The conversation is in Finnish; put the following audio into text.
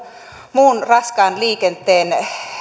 muun raskaan liikenteen